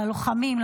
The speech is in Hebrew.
ללוחמים,